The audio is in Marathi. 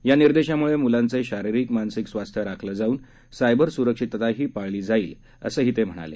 या निर्देशाम्ळे म्लांचे शारिरीक मानसिक स्वास्थ्य राखलं जाऊन सायबर स्रक्षितताही पाळली जाईल असंही ते म्हणाले